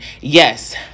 Yes